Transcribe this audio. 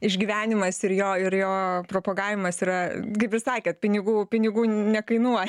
išgyvenimas ir jo ir jo propagavimas yra kaip ir sakėt pinigų pinigų nekainuoja